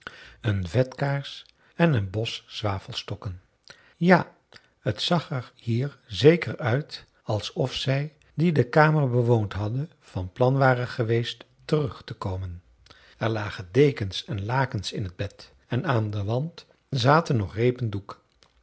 een vetkaars en een bos zwavelstokken ja t zag er hier zeker uit alsof zij die de kamer bewoond hadden van plan waren geweest terug te komen er lagen dekens en lakens in t bed en aan den wand zaten nog repen doek